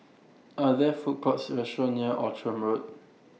Are There Food Courts restaurants near Outram Road